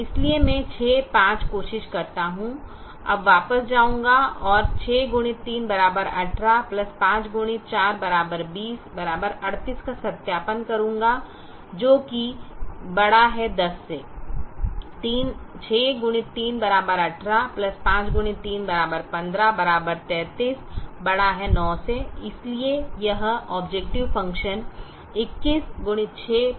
इसलिए मैं 65 कोशिश करता हूं अब वापस जाऊंगा और 6x3 18 5x4 20 38 का सत्यापन करूंगा जो कि है 10 6x3 18 5x3 15 33 9 इसलिए यह ऑबजेकटिव फ़ंक्शन है